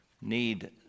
need